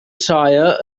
soia